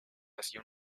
hacia